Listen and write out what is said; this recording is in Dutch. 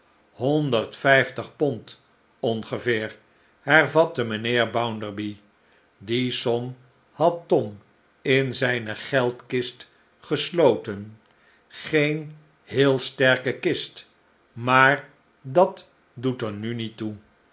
vijftig pond ongeveer hervatte mijnheer bounderby die som had tom in zijne geldkist gesloten geen heel sterke kist maar dat doet er nu niet toe